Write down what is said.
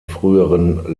früheren